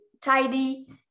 tidy